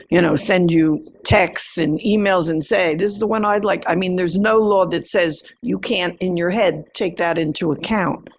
you know, send you texts and emails and say is the one i'd like. i mean, there's no law that says you can't in your head, take that into account.